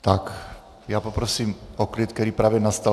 Tak, já poprosím o klid, který právě nastal.